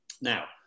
Now